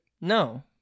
no